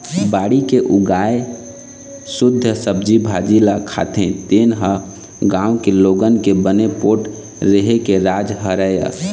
बाड़ी के उगाए सुद्ध सब्जी भाजी ल खाथे तेने ह गाँव के लोगन के बने पोठ रेहे के राज हरय